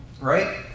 right